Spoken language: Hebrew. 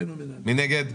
מי נגד?